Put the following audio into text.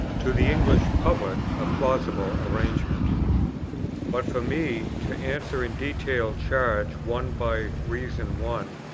to the english public a plausible arraignment but for me, to answer in detail charge one by reason one,